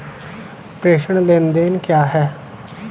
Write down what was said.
प्रेषण लेनदेन क्या है?